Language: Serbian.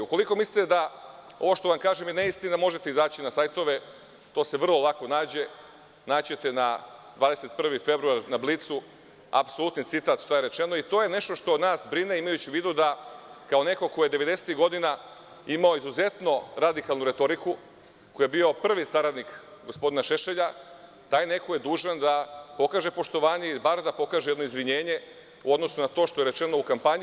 Ukoliko mislite da ovo što kažem je neistina, možete izaći na sajtove, to se vrlo lako nađe, naći ćete na „Blicu“, 21. februar, apsolutni citat šta je rečeno i to je nešto što nas brine, imajući u vidu da, kao neko ko je devedesetih godina imao izuzetno radikalnu retoriku, ko je bio prvi saradnik gospodina Šešelja, taj neko je dužan da pokaže poštovanje ili bar da pokaže jedno izvinjenje u odnosu na to što je rečeno u kampanji.